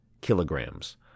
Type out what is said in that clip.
kilograms